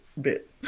bit